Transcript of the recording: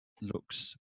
Looks